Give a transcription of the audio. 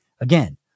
Again